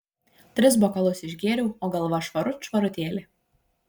tris bokalus išgėriau o galva švarut švarutėlė